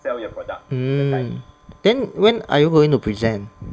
mm then when are you going to present